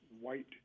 white